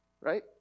Right